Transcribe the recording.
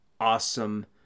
awesome